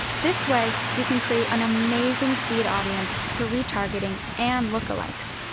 this way you can create an amazing seed audience for retargeting and lookalikes.